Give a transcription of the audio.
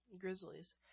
Grizzlies